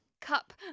cup